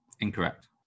Incorrect